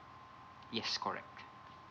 yes correct